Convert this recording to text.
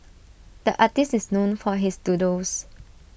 the artist is known for his doodles